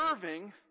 serving